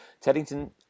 Teddington